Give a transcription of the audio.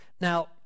Now